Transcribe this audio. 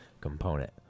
component